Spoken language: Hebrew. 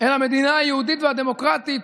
למדינה היהודית והדמוקרטית,